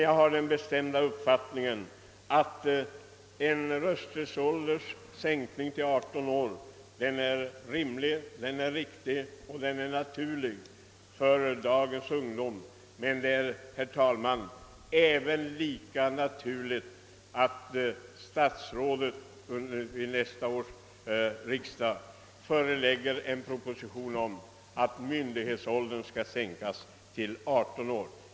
Jag har den bestämda uppfattningen, att en sänkning av rösträttsåldern till 18 år är rimlig, riktig och naturlig för dagens ungdom, men även att det är lika naturligt att statsrådet vid nästa års riksdag förelägger riksdagen en proposition om att myndighetsåldern skall sänkas till 18 år.